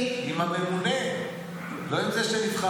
עם הממונה, לא עם זה שנבחר.